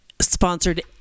sponsored